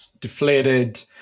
deflated